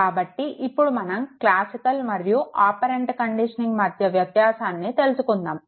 కాబట్టి ఇప్పుడు మనం క్లాసికల్ మరియు ఆపరెంట్ కండిషనింగ్ మధ్య వ్యత్యాసాన్ని తెలుసుకుందాము